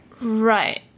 Right